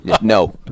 No